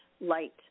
light